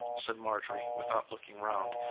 said marjorie without looking round.